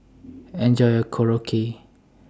Enjoy your Korokke